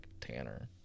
Tanner